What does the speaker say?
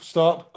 Stop